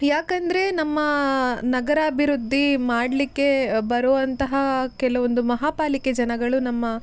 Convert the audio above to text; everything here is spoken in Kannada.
ಯಾಕಂದರೆ ನಮ್ಮ ನಗರಾಭಿವೃದ್ಧಿ ಮಾಡಲಿಕ್ಕೆ ಬರುವಂತಹ ಕೆಲವೊಂದು ಮಹಾಪಾಲಿಕೆ ಜನಗಳು ನಮ್ಮ